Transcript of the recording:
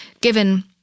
given